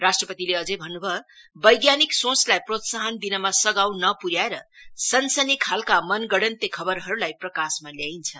राष्ट्रपतिले अझै भन्न् भयो वैज्ञानिक सोचलाई प्रोत्साहन दिनमा सघाउ नपुन्याएर सनसनी खालका मनगढन्ते खबरहरूलाई प्रकाशमा ल्याइन्छ